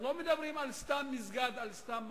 אנחנו לא מדברים על סתם מסגד, סתם מקום.